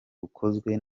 bukozwe